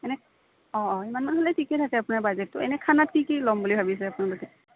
ঠিকে থাকে আপোনাৰ বাজেটটো এনে খানা কি কি ল'ম বুলি ভাবিছে আপোনালোকে